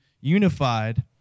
unified